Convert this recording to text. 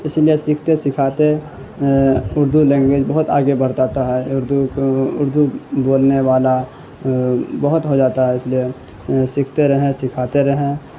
اسی لیے سیکھتے سکھاتے اردو لینگویج بہت آگے بڑھ جاتا ہے اردو اردو بولنے والا بہت ہو جاتا ہے اس لیے سیکھتے رہیں سکھاتے رہیں